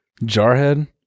Jarhead